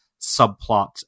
subplot